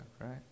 right